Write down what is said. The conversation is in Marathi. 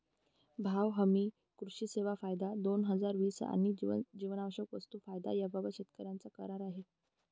भाव हमी, कृषी सेवा कायदा, दोन हजार वीस आणि जीवनावश्यक वस्तू कायदा याबाबत शेतकऱ्यांचा करार आहे